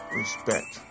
respect